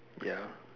ya